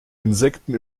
insekten